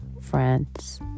France